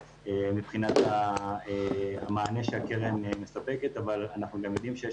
מבחינת המענה שהקרן מספקת אבל אנחנו גם יודעים שיש